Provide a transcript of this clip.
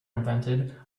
invented